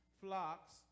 flocks